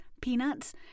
peanuts